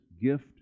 gift